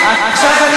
ככה יהיה,